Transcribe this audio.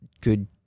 good